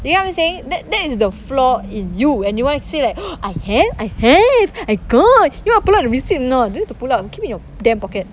you know what I'm saying that that is the flaw in you and you want say like I have I have I got you want I pull out the receipt or not don't need to pull out keep it in your damn pocket